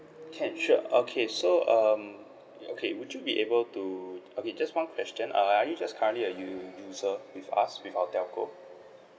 can sure okay so um uh okay would you be able to okay just one question uh are you just currently a u~ user with us with our telco